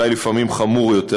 ואולי לפעמים חמור יותר,